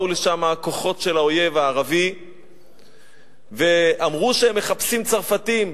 באו לשם כוחות של האויב הערבי ואמרו שהם מחפשים צרפתים,